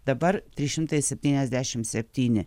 dabar trys šimtai septyniasdešimt septyni